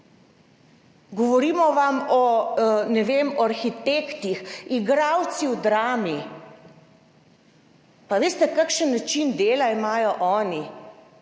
govorimo vam o arhitektih, igralci v Drami. Pa veste kakšen način dela imajo oni?